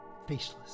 faceless